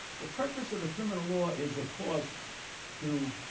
the purpose of the criminal law is of course to